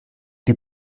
die